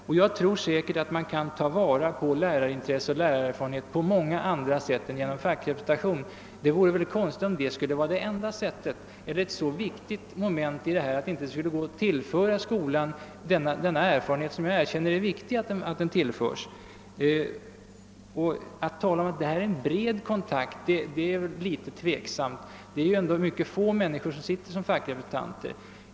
Och jag är säker på att man kan ta till vara lärarerfarenhet och lärarintresse på många andra sätt än genom fackrepresentation. De vore väl konstigt om detta skulle vara det enda sättet. Är fackrepresentationen av sådan art att det inte skulle gå att tillföra skolan denna lärarerfarenhet — som jag erkänner är viktig att tillföra — på något annat sätt? Och det är väl tveksamt om man kan säga att detta är en bred kontakt. Det är ändå mycket få människor som sitter som fackrepresentanter.